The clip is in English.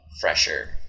fresher